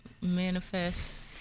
manifest